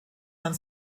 man